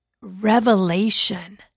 revelation